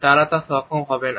তারা তা করতে সক্ষম হবে না